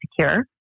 secure